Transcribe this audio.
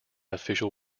official